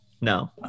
No